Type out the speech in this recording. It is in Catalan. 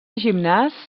gimnàs